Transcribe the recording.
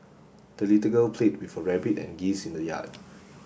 the little girl played with her rabbit and geese in the yard